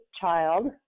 child